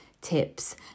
tips